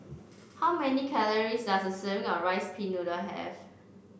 how many calories does a serving of Rice Pin Noodles have